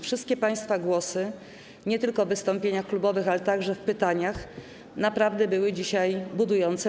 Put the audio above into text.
Wszystkie państwa głosy, nie tylko wystąpienia klubowe, ale także pytania, naprawdę były dzisiaj budujące.